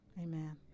Amen